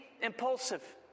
impulsive